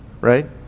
right